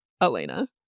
Elena